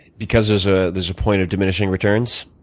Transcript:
because there's ah there's a point of diminishing return? so